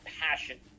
passion